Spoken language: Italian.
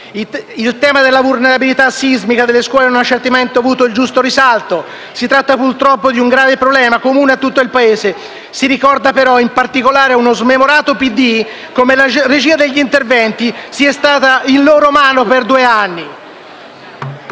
Il tema della vulnerabilità sismica delle scuole non ha certamente avuto il giusto risalto: si tratta purtroppo di un grave problema, comune a tutto il Paese. Si ricorda, però (in particolare ad uno smemorato PD), come la regia degli interventi sia stata in mano loro per due anni.